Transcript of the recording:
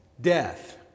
death